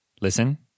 listen